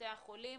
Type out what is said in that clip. מבתי החולים